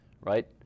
right